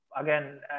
again